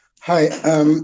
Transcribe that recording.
Hi